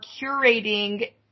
curating